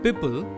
People